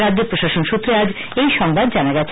রাজ্য প্রশাসন সুত্রে আজ এই সংবাদ জানা গেছে